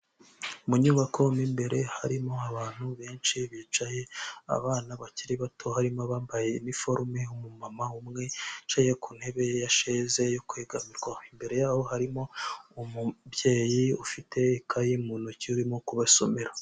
Mu nyubako mo mbere harimo abantu benshi bicaye abana bakiri bato harimo abambaye iniforume umumama umwe wiicaye ku ntebe yasheze yo kwegamirwa, imbere yaho harimo umubyeyi ufite ikaye mu ntoki urimo kubasomera.